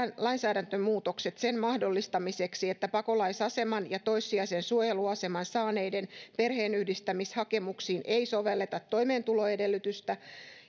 lainsäädäntömuutokset sen mahdollistamiseksi että pakolaisaseman ja toissijaisen suojeluaseman saaneiden perheenyhdistämishakemuksiin ei sovelleta toimeentuloedellytystä